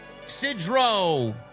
Sidro